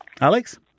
Alex